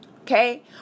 Okay